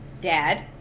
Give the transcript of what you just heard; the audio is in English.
dad